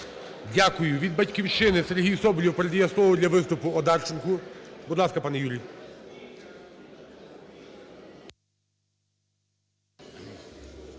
Дякую. Від "Батьківщини" Сергій Соболєв передає слово для виступу Одарченко. Будь ласка, пане Юрій.